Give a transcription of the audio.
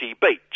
beach